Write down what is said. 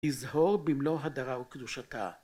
יזהור במלוא הדרה וקדושתה.